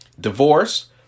Divorce